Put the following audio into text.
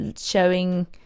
showing